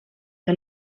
que